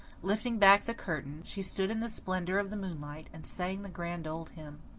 lifting back the curtain, she stood in the splendour of the moonlight, and sang the grand old hymn.